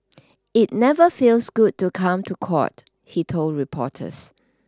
it never feels good to come to court he told reporters